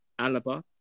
Alaba